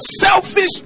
selfish